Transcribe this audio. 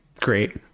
Great